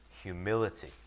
Humility